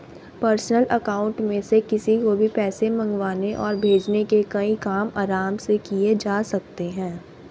personal account में से किसी को भी पैसे मंगवाने और भेजने के कई काम आराम से किये जा सकते है